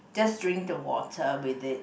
just drink the water with it